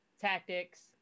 tactics